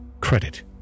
credit